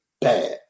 bad